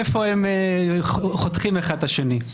איפה הם חותכים אחד את השני.